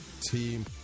team